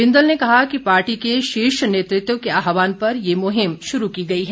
बिंदल ने कहा कि पार्टी के शीर्ष नेतृत्व के आहवान पर ये मुहिम शुरू की गई है